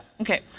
okay